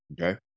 Okay